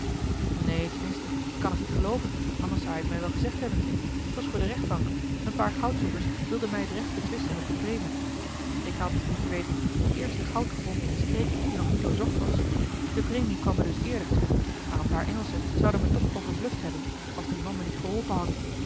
neen ten minste ik kan het niet gelooven anders zou hij het mij wel gezegd hebben t was voor de rechtbank een paar goudzoekers wilden mij het recht betwisten op de premie ik had moet je weten t eerste goud gevonden in eene streek die nog niet doorzocht was de premie kwam me dus eerlijk toe maar een paar engelschen zouden me toch overbluft hebben als die man me niet geholpen had